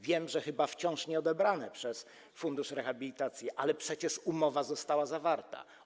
Wiem, że chyba wciąż nieodebrane przez fundusz rehabilitacji, ale przecież umowa została zawarta.